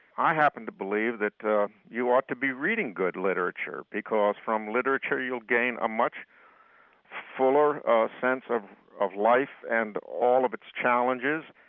i happen to believe that you ought to be reading good literature because from literature, you'll gain a much fuller sense of of life and all of its challenges,